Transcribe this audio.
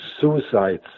suicides